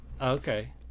Okay